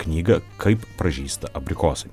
knygą kaip pražysta abrikosai